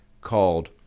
called